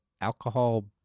Alcohol